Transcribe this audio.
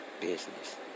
business